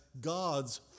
God's